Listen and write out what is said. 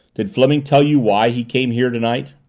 did fleming tell you why he came here tonight?